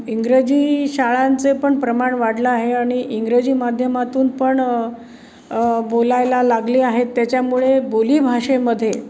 इंग्रजी शाळांचं पण प्रमाण वाढलं आहे आणि इंग्रजी माध्यमातून पण बोलायला लागली आहेत त्याच्यामुळे बोलीभाषेमध्ये